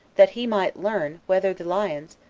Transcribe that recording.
that he might learn whether the lions,